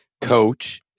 coach